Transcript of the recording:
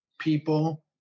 people